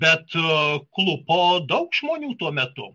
bet klupo daug žmonių tuo metu